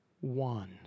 one